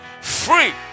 Free